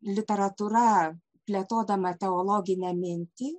literatūra plėtodama teologinę mintį